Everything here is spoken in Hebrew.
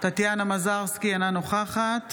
טטיאנה מזרסקי, אינה נוכחת